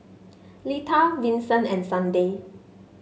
Lita Vincent and Sunday